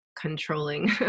controlling